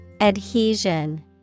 Adhesion